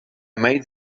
made